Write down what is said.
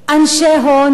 אנשי הון,